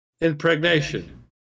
impregnation